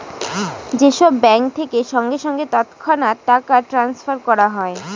যে সব ব্যাঙ্ক থেকে সঙ্গে সঙ্গে তৎক্ষণাৎ টাকা ট্রাস্নফার করা হয়